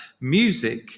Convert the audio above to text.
Music